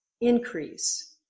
increase